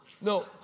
No